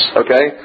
okay